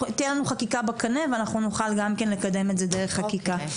תהיה לנו חקיקה בקנה ואנחנו נוכל גם כן לקדם את זה דרך חקיקה.